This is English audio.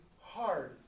hard